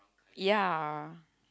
ya